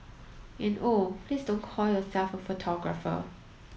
and oh please don't call yourself a photographer